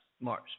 Mars